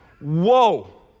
Whoa